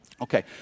Okay